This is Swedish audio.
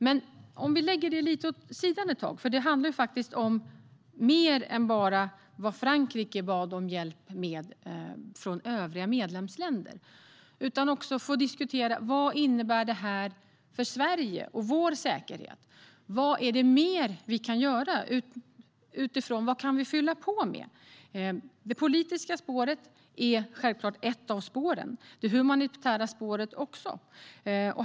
Men vi lägger det lite åt sidan ett tag, för det handlar faktiskt om mer än bara vad Frankrike bad om hjälp med från övriga medlemsländer. Vi behöver också få diskutera vad detta innebär för Sverige och vår säkerhet. Vad är det mer vi kan göra? Vad kan vi fylla på med? Det politiska spåret är självklart ett av spåren, och det är det humanitära spåret också.